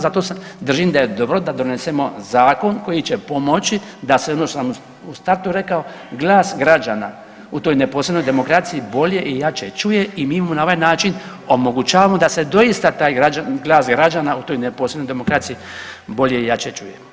Zato držim da je dobro da donesemo zakon koji će pomoći da se ono što sam u startu rekao glas građana u toj neposrednoj demokraciji bolje i jače čuje i mi mu na ovaj način omogućavamo da se doista taj glas građana u toj neposrednoj demokraciji bolje i jače čuje.